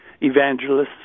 evangelists